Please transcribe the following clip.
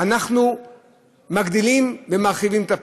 אנחנו מגדילים ומרחיבים את הפער.